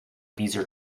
bezier